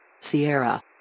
Sierra